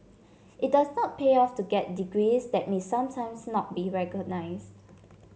it does not pay off to get degrees that may sometimes not be recognised